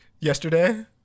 yesterday